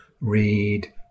read